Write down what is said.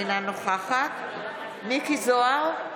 אינה נוכחת מכלוף מיקי זוהר,